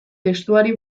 testuari